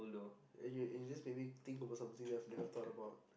and you and you just you just made me think about something that I've never thought about